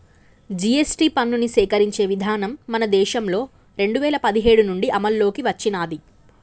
GST పన్నుని సేకరించే విధానం మన దేశంలో రెండు వేల పదిహేడు నుంచి అమల్లోకి వచ్చినాది